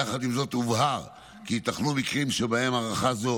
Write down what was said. יחד עם זאת הובהר כי ייתכנו מקרים שבהם הארכה זו